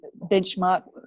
benchmark